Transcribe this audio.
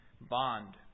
bond